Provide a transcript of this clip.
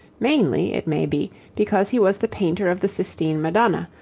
mainly, it may be, because he was the painter of the sistine madonna,